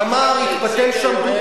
נכון.